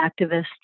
activists